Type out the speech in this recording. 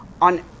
on